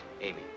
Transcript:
Amy